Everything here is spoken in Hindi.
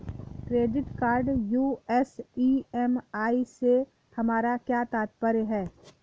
क्रेडिट कार्ड यू.एस ई.एम.आई से हमारा क्या तात्पर्य है?